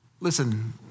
Listen